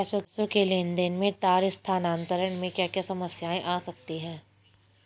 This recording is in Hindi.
पैसों के लेन देन में तार स्थानांतरण में क्या क्या समस्याएं आ सकती हैं?